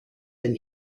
than